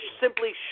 simply